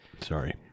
Sorry